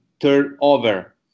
turnover